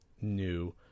new